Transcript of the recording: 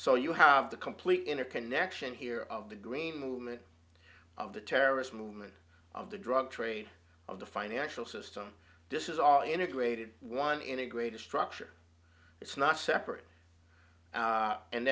so you have the complete inner connection here of the green movement of the terrorist movement of the drug trade of the financial system this is all integrated one integrated structure it's not separate